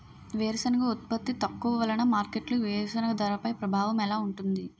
వేరుసెనగ ఉత్పత్తి తక్కువ వలన మార్కెట్లో వేరుసెనగ ధరపై ప్రభావం ఎలా ఉంటుంది?